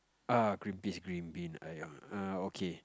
ah green beans green beans err okay